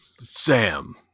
Sam